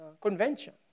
Convention